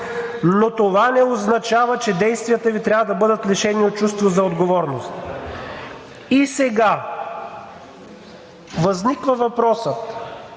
но това не означава, че действията Ви трябва да бъдат лишени от чувство за отговорност. И сега възниква въпросът: